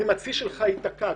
אם הצי שלך ייתקע".